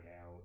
out